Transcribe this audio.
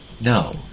No